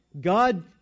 God